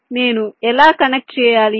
కాబట్టి నేను ఎలా కనెక్ట్ చేయాలి